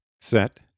set